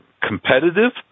competitive